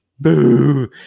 boo